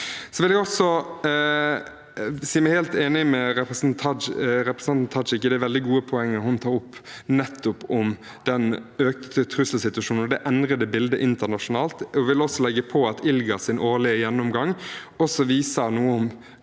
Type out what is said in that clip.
Jeg vil si meg helt enig med representanten Tajik i det veldig gode poenget hun tok opp om den økte trusselsituasjonen og det endrede bildet internasjonalt. Jeg vil legge til at ILGAs årlige gjennomgang også viser noe om